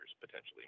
potentially